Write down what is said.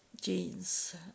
jeans